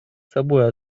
собой